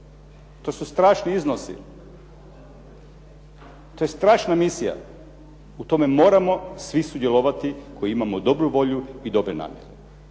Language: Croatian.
to su strašni iznosi, to je strašna misija, u tome moramo svi sudjelovati koji imamo dobru volju i dobre namjere.